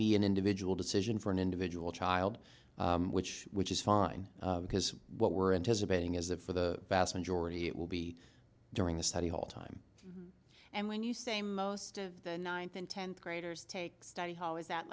be an individual decision for an individual child which which is fine because what we're anticipating is that for the vast majority it will be during the study hall time and when you say most of the ninth and tenth graders take study hall is that